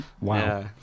wow